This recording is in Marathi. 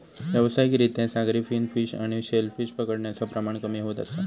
व्यावसायिक रित्या सागरी फिन फिश आणि शेल फिश पकडण्याचा प्रमाण कमी होत असा